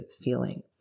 feeling